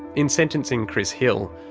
in sentencing chris hill,